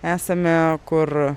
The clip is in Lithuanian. esame kur